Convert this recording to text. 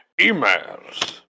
emails